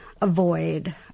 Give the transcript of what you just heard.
avoid